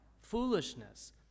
foolishness